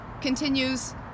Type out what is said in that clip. continues